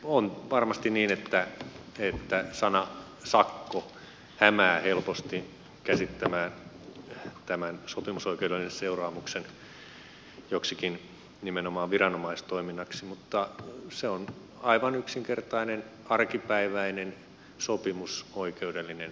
on varmasti niin että sana sakko hämää helposti käsittämään tämän sopimusoikeudellisen seuraamuksen joksikin nimenomaan viranomaistoiminnaksi mutta se on aivan yksinkertainen arkipäiväinen sopimus oikeudellinen